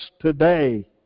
today